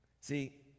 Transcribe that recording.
See